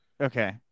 Okay